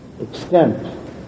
extent